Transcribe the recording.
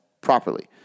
properly